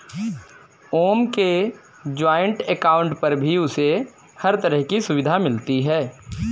ओम के joint account पर भी उसे हर तरह की सुविधा मिलती है